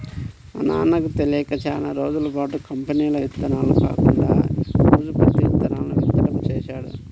మా నాన్నకి తెలియక చానా రోజులపాటు కంపెనీల ఇత్తనాలు కాకుండా లూజు పత్తి ఇత్తనాలను విత్తడం చేశాడు